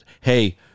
Hey